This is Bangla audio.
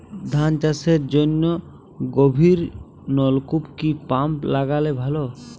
ধান চাষের জন্য গভিরনলকুপ কি পাম্প লাগালে ভালো?